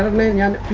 million